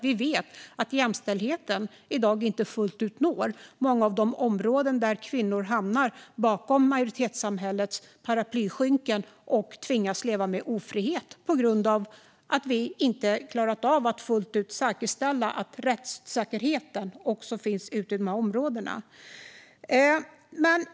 Vi vet att jämställdheten i dag inte fullt ut når många av de områden där kvinnor hamnar bakom majoritetssamhällets paraplyskynken och tvingas leva med ofrihet på grund av att vi inte klarat av att fullt ut säkerställa att rättssäkerheten finns även i de här områdena.